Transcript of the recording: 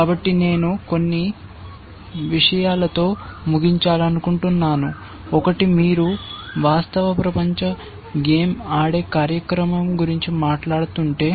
కాబట్టి నేను కొన్ని విషయాలతో ముగించాలనుకుంటున్నాను ఒకటి మీరు వాస్తవ ప్రపంచ గేమ్ ఆడే కార్యక్రమం గురించి మాట్లాడుతుంటే